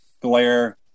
glare